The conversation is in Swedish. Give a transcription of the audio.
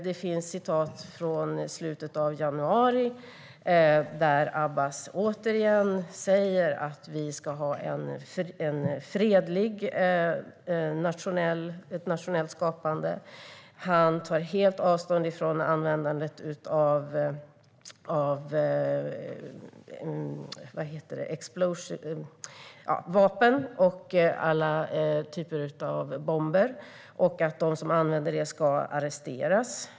Det finns citat från slutet av januari där Abbas återigen säger att de ska ha ett fredligt nationellt skapande. Han tar helt avstånd från användandet av vapen och alla typer av bomber och säger att de som använder sådant ska arresteras.